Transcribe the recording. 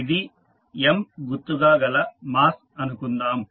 ఇది M గుర్తు గా గల మాస్ అనుకుందాం